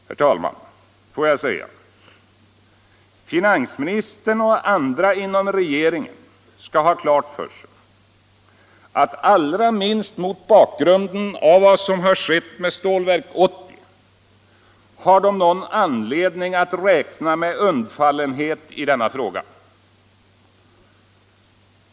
Får jag säga, herr talman: Finansministern och andra inom regeringen skall ha klart för sig att allra minst mot bakgrund av vad som har skett med Stålverk 80 har regeringen någon anledning att räkna med undfallenhet i denna fråga.